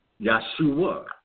Yahshua